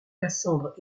cassandre